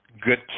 good